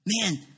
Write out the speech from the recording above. Man